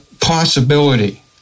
possibility